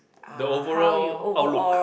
the overall outlook